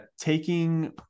taking